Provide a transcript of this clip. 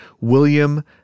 William